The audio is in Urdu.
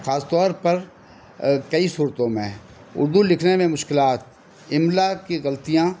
خاص طور پر کئی صورتوں میں اردو لکھنے میں مشکلات املا کی غلطیاں